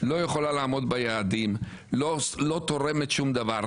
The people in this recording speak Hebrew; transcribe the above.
לא יכולה לעמוד ביעדים ,לא תורמת שום דבר.